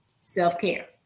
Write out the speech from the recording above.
Self-care